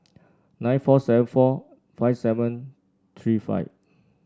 nine four seven four five seven three five